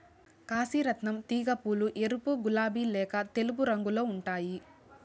కాశీ రత్నం తీగ పూలు ఎరుపు, గులాబి లేక తెలుపు రంగులో ఉంటాయి